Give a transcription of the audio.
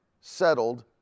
settled